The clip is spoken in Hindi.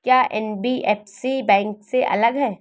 क्या एन.बी.एफ.सी बैंक से अलग है?